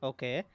Okay